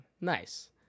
nice